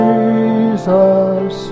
Jesus